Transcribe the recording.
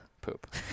Poop